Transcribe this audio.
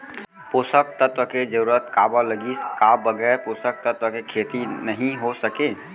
पोसक तत्व के जरूरत काबर लगिस, का बगैर पोसक तत्व के खेती नही हो सके?